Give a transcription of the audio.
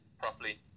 properly